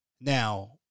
Now